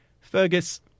Fergus